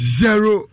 zero